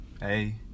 Hey